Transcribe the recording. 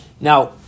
Now